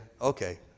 Okay